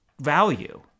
value